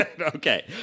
Okay